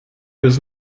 was